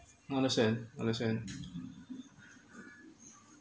understand understand